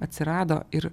atsirado ir